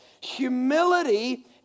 Humility